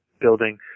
building